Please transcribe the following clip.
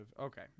Okay